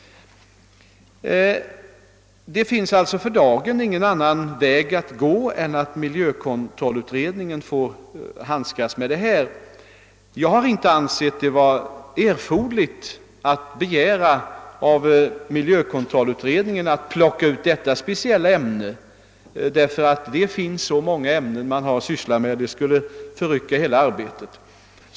Det finns alltså för dagen ingen annan väg att gå än att låta miljökontrollutredningen behandla frågan. Jag har inte ansett det vara erforderligt att begära av miljökontrollutredningen att den skall bryta ut detta speciella ämne, ty det finns så många ämnen som utredningen har att syssla med, att det skulle förrycka hela arbetet.